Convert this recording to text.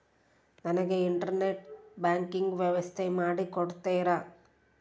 ನನಗೆ internet banking ವ್ಯವಸ್ಥೆ ಮಾಡಿ ಕೊಡ್ತೇರಾ?